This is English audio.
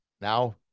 now